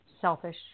selfish